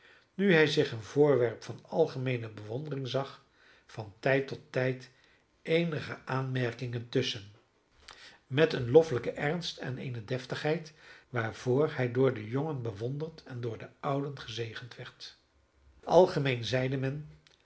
nu hij zich een voorwerp van algemeene bewondering zag van tijd tot tijd eenige aanmerkingen tusschen met een loffelijken ernst en eene deftigheid waarvoor hij door de jongen bewonderd en door de ouden gezegend werd algemeen zeide men